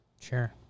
Sure